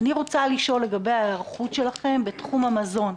אני רוצה לשאול לגבי ההיערכות שלכם בתחום המזון.